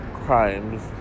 crimes